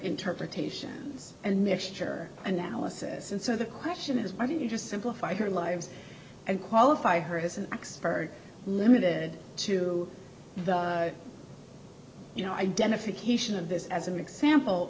interpretations and mixture analysis and so the question is why did you just simplify her lives and qualify her as an expert limited to you know identification of this as an example